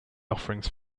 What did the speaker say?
offerings